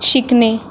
शिकणे